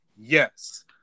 yes